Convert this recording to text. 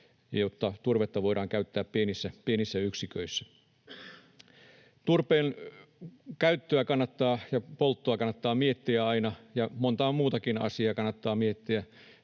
jotta turvetta voidaan käyttää pienissä yksiköissä. Turpeen käyttöä ja polttoa kannattaa miettiä aina ja montaa muutakin asiaa kannattaa miettiä